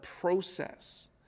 process